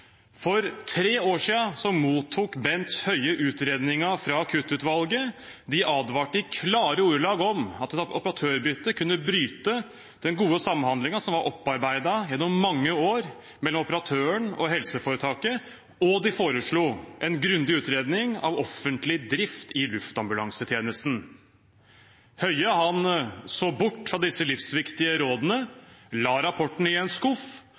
For tre år siden mottok Bent Høie utredningen fra Akuttutvalget. De advarte i klare ordelag om at et operatørbytte kunne bryte den gode samhandlingen som var opparbeidet gjennom mange år mellom operatøren og helseforetaket, og de foreslo en grundig utredning av offentlig drift av luftambulansetjenesten. Høie så bort fra disse livsviktige rådene, la rapporten i en skuff